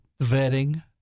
vetting